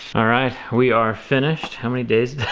alright, we are finished. how many days.